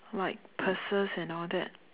like purses and all that